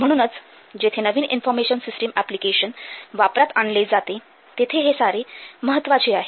म्हणूनच जेथे नवीन इन्फॉर्मेशन सिस्टीम ऍप्लिकेशन वापरात आणले जाते तेथे हे सारे महत्त्वाचे आहे